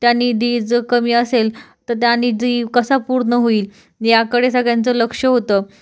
त्या निधी जर कमी असेल तर त्या निधी कसा पूर्ण होईल याकडे सगळ्यांचं लक्ष होतं